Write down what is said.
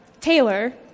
Taylor